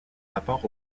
rapport